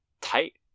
Tight